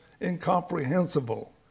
incomprehensible